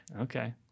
Okay